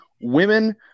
women